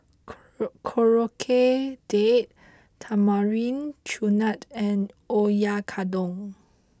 Korokke Date Tamarind Chutney and Oyakodon